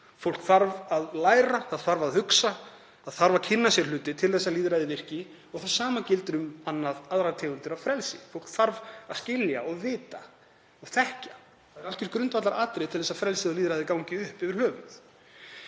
Fólk þarf að læra, það þarf að hugsa, það þarf að kynna sér hluti til þess að lýðræðið virki. Og það sama gildir um aðrar tegundir af frelsi. Fólk þarf að skilja og vita og þekkja. Það er algjört grundvallaratriði til að frelsið og lýðræðið gangi upp yfir höfuð.